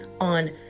on